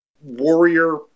warrior